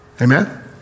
Amen